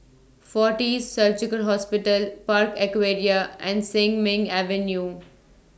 Fortis Surgical Hospital Park Aquaria and Sin Ming Avenue